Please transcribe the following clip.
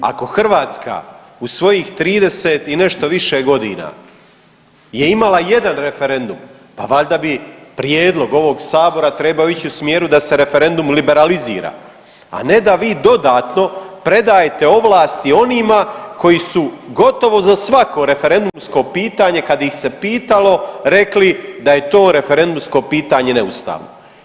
Ako Hrvatska u svojih 30 i nešto više godina je imala jedan referendum pa valjda bi prijedlog ovog sabora trebao ići u smjeru da se referendum liberalizira, a ne da vi dodatno predajete ovlasti onima koji su gotovo za svako referendumsko pitanje kada ih se pitalo rekli da je to referendumsko pitanje neustavno.